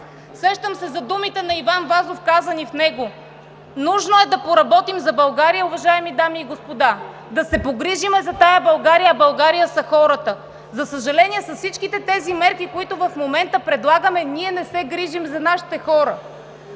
Сещам се за думите на Иван Вазов в него: „Нужно е да поработим за България!“ (Оживление в ГЕРБ.) Уважаеми дами и господа, да се погрижим за тази България, а България са хората! За съжаление, с всичките тези мерки, които в момента предлагаме, ние не се грижим за нашите хора!